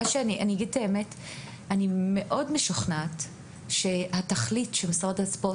אני מאוד משוכנעת שהתכלית שמשרד הספורט